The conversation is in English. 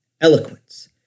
eloquence